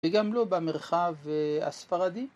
וגם לו במרחב הספרדי